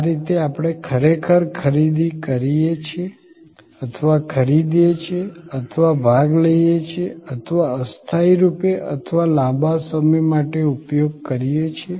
આ રીતે આપણે ખરેખર ખરીદી કરીએ છીએ અથવા ખરીદીએ છીએ અથવા ભાગ લઈએ છીએ અથવા અસ્થાયી રૂપે અથવા લાંબા સમય માટે ઉપયોગ કરીએ છીએ